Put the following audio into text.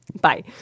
Bye